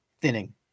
thinning